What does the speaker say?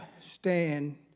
Stand